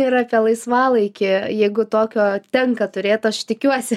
ir apie laisvalaikį jeigu tokio tenka turėt aš tikiuosi